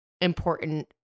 important